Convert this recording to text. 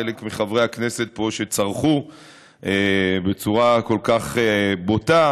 חלק מחברי הכנסת פה שצרחו בצורה כל כך בוטה,